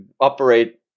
operate